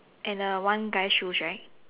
and a one guys shoes right